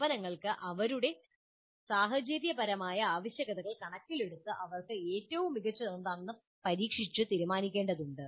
സ്ഥാപനങ്ങൾക്ക് അവരുടെ സാഹചര്യപരമായ ആവശ്യകതകൾ കണക്കിലെടുത്ത് അവർക്ക് ഏറ്റവും മികച്ചത് എന്താണെന്ന് പരീക്ഷിച്ച് തീരുമാനിക്കേണ്ടതുണ്ട്